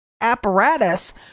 apparatus